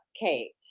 Kate